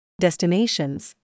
destinations